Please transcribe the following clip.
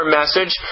message